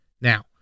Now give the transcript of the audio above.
Now